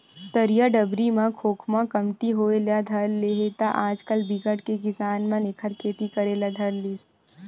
तरिया डबरी म खोखमा कमती होय ले धर ले हे त आजकल बिकट के किसान मन एखर खेती करे ले धर लिस